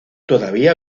todavía